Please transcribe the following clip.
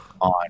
on